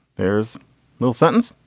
there's no sentence.